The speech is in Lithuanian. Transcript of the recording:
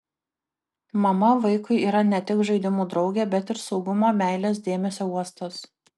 mama vaikui yra ne tik žaidimų draugė bet ir saugumo meilės dėmesio uostas